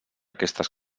aquestes